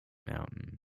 mountain